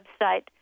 website